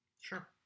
Sure